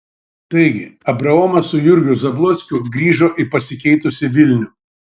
taigi abraomas su jurgiu zablockiu grįžo į pasikeitusį vilnių